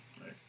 Right